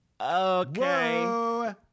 Okay